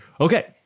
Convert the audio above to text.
Okay